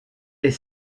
est